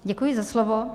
Děkuji za slovo.